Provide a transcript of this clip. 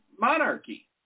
monarchy